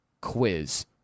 quiz